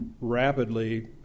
rapidly